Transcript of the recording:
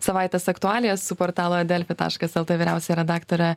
savaitės aktualijas su portalo delfi taškas lt vyriausia redaktore